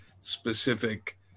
specific